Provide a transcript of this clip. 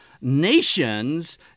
nations